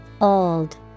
old